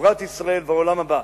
תורת ישראל והעולם הבא.